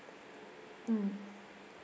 mm